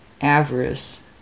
avarice